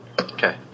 Okay